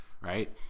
Right